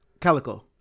Calico